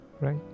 right